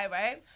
right